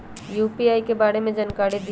UPI के बारे में जानकारी दियौ?